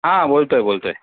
हां बोलतो आहे बोलतो आहे